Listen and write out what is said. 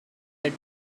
that